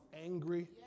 angry